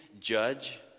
judge